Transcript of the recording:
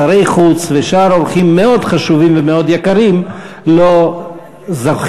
שרי חוץ ושאר אורחים מאוד חשובים ומאוד יקרים לא זוכים,